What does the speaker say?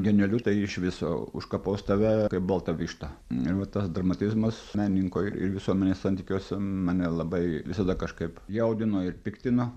genialiu tai iš viso užkapos tave kaip baltą vištą ir va tas dramatizmas menininko ir ir visuomenės santykiuose mane labai visada kažkaip jaudino ir piktino